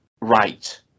right